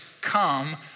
come